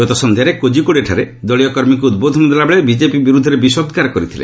ଗତ ସନ୍ଧ୍ୟାରେ କୋଜିକୋଡ଼ିଠାରେ ଦଳୀୟ କର୍ମୀଙ୍କୁ ଉଦ୍ବୋଧନ ଦେଲା ବେଳେ ବିଜେପି ବିରୁଦ୍ଧରେ ବିଷୋଦ୍ଗାର କରିଥିଲେ